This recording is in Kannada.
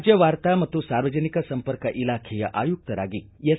ರಾಜ್ಞ ವಾರ್ತಾ ಮತ್ತು ಸಾರ್ವಜನಿಕ ಸಂಪರ್ಕ ಇಲಾಖೆಯ ಆಯುಕ್ತರಾಗಿ ಎಸ್